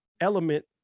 element